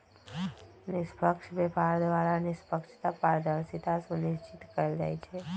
निष्पक्ष व्यापार द्वारा निष्पक्षता, पारदर्शिता सुनिश्चित कएल जाइ छइ